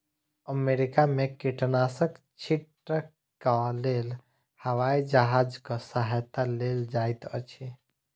America में कीटनाशक छीटक लेल हवाई जहाजक सहायता लेल जाइत अछि